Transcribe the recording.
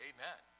Amen